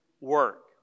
work